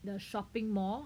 the shopping mall